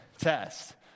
test